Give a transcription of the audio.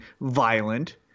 violent